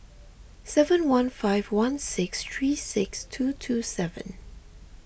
seven one five one six three six two two seven